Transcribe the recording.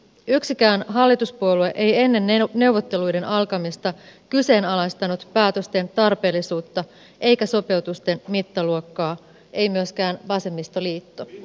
yksikään hallituspuolue ei ennen neuvotteluiden alkamista kyseenalaistanut päätösten tarpeellisuutta eikä sopeutuksen mittaluokkaa ei myöskään vasemmistoliitto